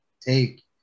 take